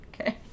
Okay